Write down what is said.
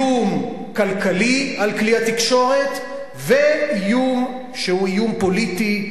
איום כלכלי על כלי התקשורת ואיום שהוא איום פוליטי,